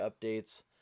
updates